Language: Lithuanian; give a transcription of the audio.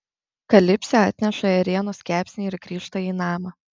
kalipsė atneša ėrienos kepsnį ir grįžta į namą